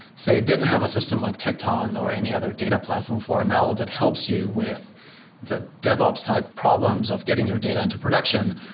say, didn't have a system like tecton or any other data platform for ml that helps you with the devops type problems of getting your data into production,